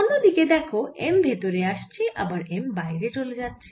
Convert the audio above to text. অন্য দিকে দেখো M ভেতরে আসছে আবার M বাইরে চলে যাচ্ছে